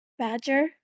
Badger